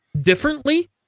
differently